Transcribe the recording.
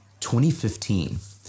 2015